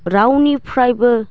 रावनिफ्रायबो